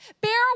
Bear